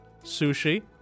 Sushi